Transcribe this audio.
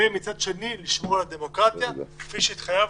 ומצד שני לשמור על הדמוקרטיה כפי שהתחייבנו.